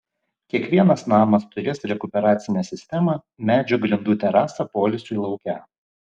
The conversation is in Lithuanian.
kiekvienas namas turės rekuperacinę sistemą medžio grindų terasą poilsiui lauke